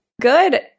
Good